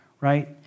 right